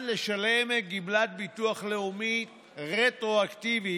לשלם גמלת ביטוח לאומי רטרואקטיבית,